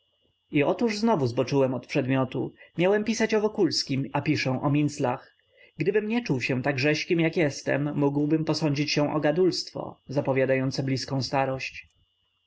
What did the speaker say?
i otóż znowu zboczyłem od przedmiotu miałem pisać o wokulskim a piszę o minclach gdybym nie czuł się tak rzeźkim jak jestem mógłbym posądzić się o gadulstwo zapowiadające bliską starość